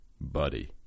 buddy